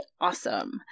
awesome